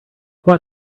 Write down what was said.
what